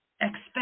expect